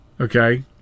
Okay